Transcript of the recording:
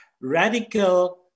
radical